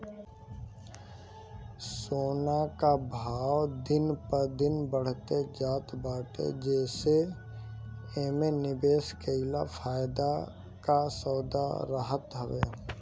सोना कअ भाव दिन प दिन बढ़ते जात बाटे जेसे एमे निवेश कईल फायदा कअ सौदा रहत हवे